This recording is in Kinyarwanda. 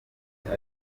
icyo